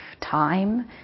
time